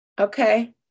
okay